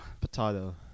Potato